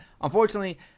unfortunately